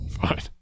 fine